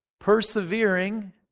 persevering